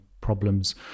problems